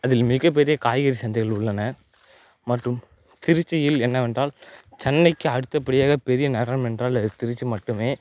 அதில் மிகப்பெரிய காய்கறி சந்தைகள் உள்ளன மற்றும் திருச்சியில் என்னவென்றால் சென்னைக்கு அடுத்தப்படியாக பெரிய நகரம் என்றால் அது திருச்சி மட்டுமே